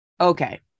okay